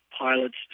pilots